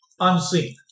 Unseen